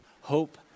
hope